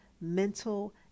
mental